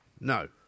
No